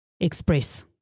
express